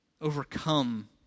overcome